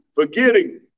forgetting